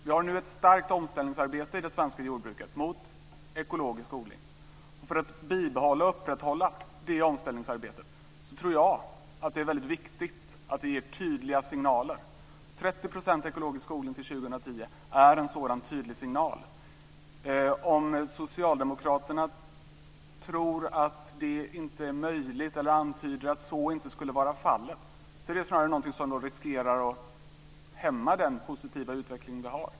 Vi har nu ett starkt omställningsarbete i det svenska jordbruket mot ekologisk odling. För att bibehålla och upprätthålla det omställningsarbetet tror jag att det är väldigt viktigt att vi ger tydliga signaler. 30 % ekologisk odling till 2010 är en sådan tydlig signal. Om Socialdemokraterna inte tror att det är möjligt, eller antyder att så inte skulle vara fallet, är det snarare något som riskerar att hämma den positiva utveckling vi har.